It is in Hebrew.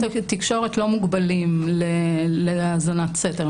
נתוני תקשורת לא מוגבלים להאזנת סתר,